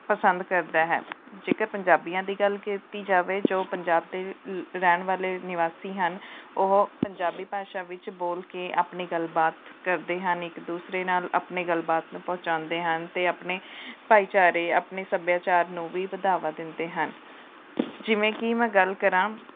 ਪਸੰਦ ਕਰਦਾ ਹੈ ਜੇਕਰ ਪੰਜਾਬੀਆਂ ਦੀ ਗੱਲ ਕੀਤੀ ਜਾਵੇ ਜੋ ਪੰਜਾਬ ਦੇ ਲ ਰਹਿਣ ਵਾਲੇ ਨਿਵਾਸੀ ਹਨ ਉਹ ਪੰਜਾਬੀ ਭਾਸ਼ਾ ਵਿੱਚ ਬੋਲ ਕੇ ਆਪਣੀ ਗੱਲਬਾਤ ਕਰਦੇ ਹਨ ਇੱਕ ਦੂਸਰੇ ਨਾਲ ਆਪਣੀ ਗੱਲਬਾਤ ਨੂੰ ਪਹੁੰਚਾਉਂਦੇ ਹਨ ਅਤੇ ਆਪਣੇ ਭਾਈਚਾਰੇ ਆਪਣੇ ਸੱਭਿਆਚਾਰ ਨੂੰ ਵੀ ਬਦਾਵਾ ਦਿੰਦੇ ਹਨ ਜਿਵੇਂ ਕਿ ਮੈਂ ਗੱਲ ਕਰਾਂ